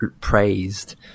praised